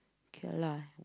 kay lah